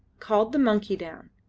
called the monkey down,